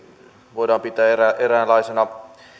voidaan pitää eräänlaisena